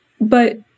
but-